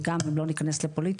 וגם אם לא נכנס לפוליטיקה,